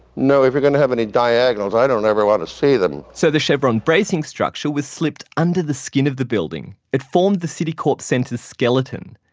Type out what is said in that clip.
no, if we're going to have any diagonals i don't ever want to see them. so the chevron bracing structure was slipped under the skin of the building. it formed the citicorp center's skeleton.